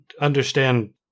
understand